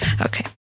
Okay